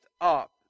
up